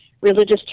religious